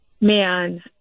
man